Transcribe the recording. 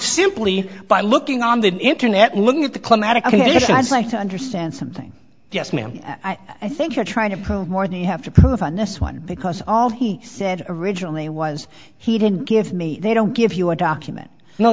simply by looking on the internet looking at the climatic conditions like to understand something yes ma'am i think you're trying to prove more than you have to prove a nest one because all he said originally was he didn't give me they don't give you a document